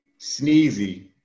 Sneezy